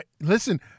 Listen